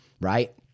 right